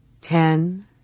Ten